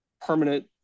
permanent